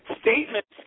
Statements